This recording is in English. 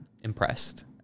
impressed